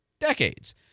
decades